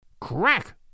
Crack